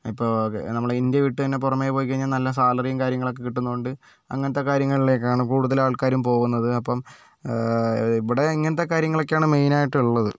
ഇപ്പോൾ നമ്മൽ ഇന്ത്യ വിട്ടു തന്നെ പുറമെ പോയിക്കഴിഞ്ഞാൽ നല്ല സാലറീം കാര്യങ്ങളൊക്കെ കിട്ടുന്നോണ്ട് അങ്ങനത്തെ കാര്യങ്ങളിലേക്കാണ് കൂടുതൽ ആൾക്കാരും പോകുന്നത് അപ്പം ഇവിടെ ഇങ്ങനത്തെ കാര്യങ്ങളൊക്കെയാണ് മെയിൻ ആയിട്ടുള്ളത്